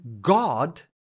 God